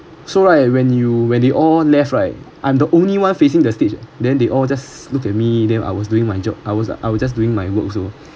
so right when you when they all left right I'm the only one facing the stage and then they all just looked at me then I was doing my job I was I was just doing my work also